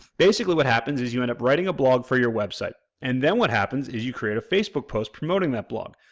basically what happens is you end up writing a blog for your website and then what happens is you create a facebook post promoting that blog.